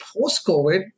post-COVID